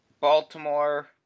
Baltimore